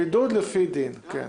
בידוד לפי דין, כן.